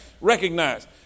Recognize